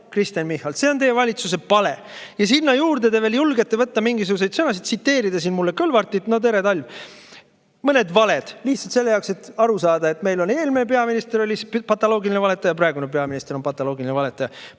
Kristen Michal. See on teie valitsuse pale! Ja sinna juurde te julgete võtta mingisuguseid sõnasid, tsiteerida siin mulle Kõlvartit. No tere talv! Mõned valed lihtsalt selle jaoks, et aru saada, et meil oli eelmine peaminister patoloogiline valetaja, praegune peaminister on patoloogiline valetaja.